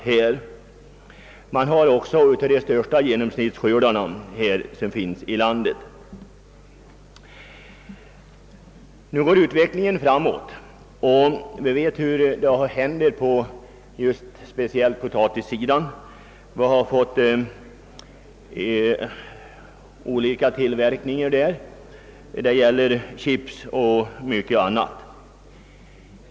Genomsnittsskördarna hör också till de största i landet. Utvecklingen går framåt. Vi vet vad som händer på potatissidan, där olika nya tillverkningar har tagits upp — t.ex. chips och mycket annat.